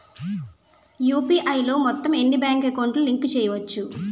UPI లో మొత్తం ఎన్ని బ్యాంక్ అకౌంట్ లు లింక్ చేయచ్చు?